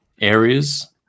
areas